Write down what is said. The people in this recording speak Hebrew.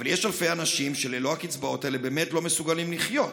אבל יש אלפי אנשים שללא הקצבאות האלה באמת לא מסוגלים לחיות,